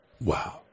Wow